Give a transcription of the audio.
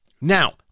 Now